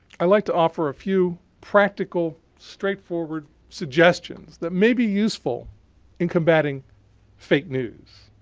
i'd like to offer a few practical straightforward suggestions that may be useful in combating fake news.